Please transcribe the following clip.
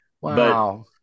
Wow